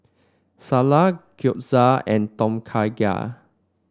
Salsa Gyoza and Tom Kha Gai